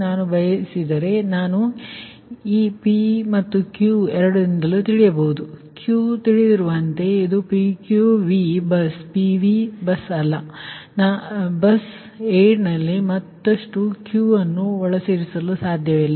ಮತ್ತು ನಾನು ಬಯಸಿದರೆ ನಾನು 𝑃 ಮತ್ತು 𝑄 ಎರಡರಿಂದಲೂ ತಿಳಿದಿರಬೇಕು ಮತ್ತು ಇದು 𝑄 ತಿಳಿದಿರುವಂತೆ ಇದು PQV ಬಸ್ PV ಬಸ್ ಅಲ್ಲ ಇದರರ್ಥ ನಾನು ಬಸ್ 8 ನಲ್ಲಿ ಮತ್ತಷ್ಟು 𝑄 ಅನ್ನು ಒಳಸೇರಿಸಲು ಸಾಧ್ಯವಿಲ್ಲ